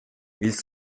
ils